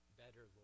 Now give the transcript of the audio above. better